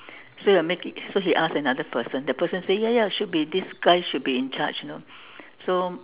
so you're making so he ask another person that person say ya ya should be this guy should be in charge you know so